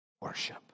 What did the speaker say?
worship